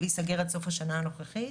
וייסגר עד סוף השנה הנוכחית.